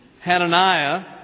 Hananiah